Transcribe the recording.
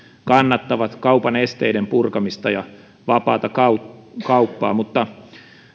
kannattavat kaupan esteiden purkamista ja vapaata kauppaa kauppaa mutta